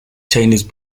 chinese